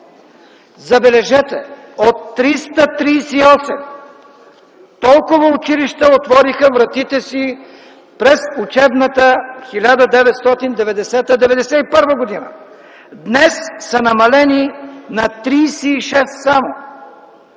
забележете, от 338 (толкова училища отвориха вратите си през учебната 1990/91 г.) днес са намалени само